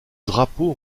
drapeau